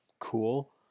cool